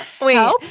Wait